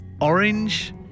orange